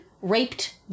Raped